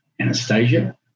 Anastasia